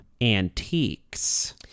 antiques